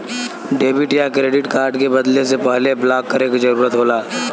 debit या credit card के बदले से पहले ब्लॉक करे क जरुरत होला